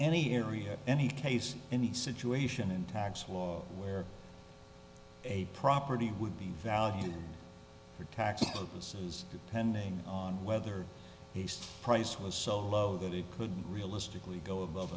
any area any case any situation in tax law where a property would be valued for tax purposes pending on whether he's price was so low that it could realistically go above